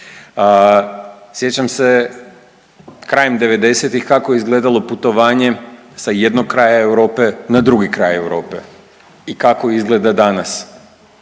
Sjećam se krajem '90.-tih kako je izgledalo putovanje sa jednog kraja Europe na drugi kraj Europe i kako izgleda danas.